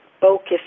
focus